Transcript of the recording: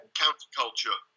counterculture